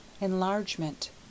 Enlargement